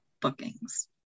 bookings